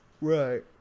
Right